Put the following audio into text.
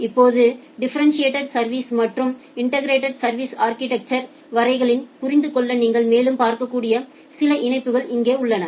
இப்போது டிஃபரெண்டியேடட் சா்விஸ் மற்றும் இன்டெகிரெட் சா்விஸ் அா்கிடெக்சரின் விவரங்களில் புரிந்துகொள்ள நீங்கள் மேலும் பார்க்கக்கூடிய சில இணைப்புகள் இங்கே உள்ளன